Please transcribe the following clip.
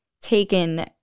taken